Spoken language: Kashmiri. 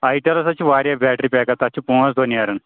آیٹَلَس حظ چھِ واریاہ بیٹری بیک اپ تَتھ چھِ پانٛژھ دۄہ نیران